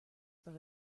par